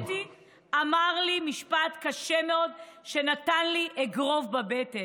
הסטודנט שדיבר איתי אמר לי משפט קשה מאוד שנתן לי אגרוף בבטן.